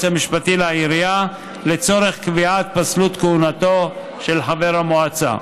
המשפטי לעירייה לצורך קביעת פסלות כהונתו של חבר המועצה.